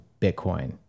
Bitcoin